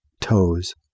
toes